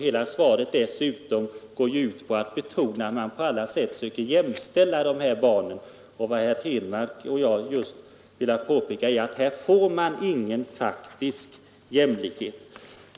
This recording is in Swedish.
Hela svaret går dessutom ut på att betona att man på alla sätt söker jämställa de här barnen, men vad herr Henmark och jag har velat påpeka att det inte kommer att råda någon 13 faktisk jämlikhet.